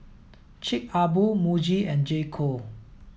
Chic a Boo Muji and J co